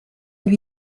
lui